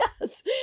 Yes